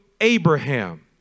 Abraham